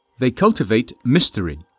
they cultivate mystery